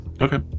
Okay